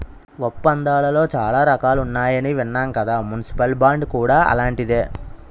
ఒప్పందాలలో చాలా రకాలున్నాయని విన్నాం కదా మున్సిపల్ బాండ్ కూడా అలాంటిదే